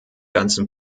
ganzen